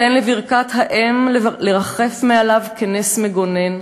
תן לברכת האם לרחף מעליו, נס מגונן,